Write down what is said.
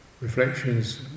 reflections